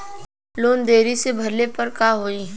Loan देरी से भरले पर का होई?